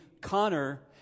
Connor